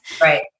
Right